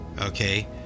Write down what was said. Okay